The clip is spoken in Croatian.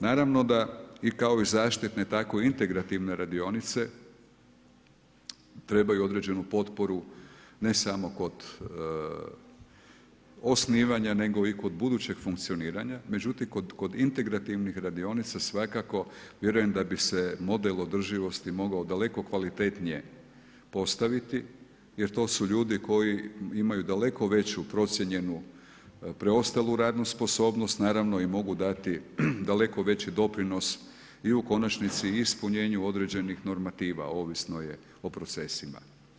Naravno da i kao zaštitne tako i integrativne radionice trebaju određenu potporu ne samo kod osnivanja nego i kod budućeg funkcioniranja međutim kod integrativnih radionica svakako vjerujem da bi se model održivosti mogao daleko kvalitetnije postaviti jer to su ljudi koji imaju daleko veću procijenjenu preostalu radnu sposobnost, naravno i mogu dati daleko veći doprinos i u konačnici i u ispunjenju određenih normativa, ovisno je o procesima.